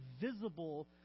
visible